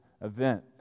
event